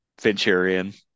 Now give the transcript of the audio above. Venturian